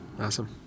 Awesome